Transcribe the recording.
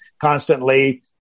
constantly